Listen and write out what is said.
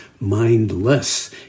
mindless